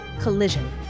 Collision